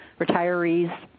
retirees